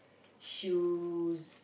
shoes